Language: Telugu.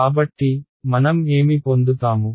కాబట్టి మనం ఏమి పొందుతాము